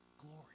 glory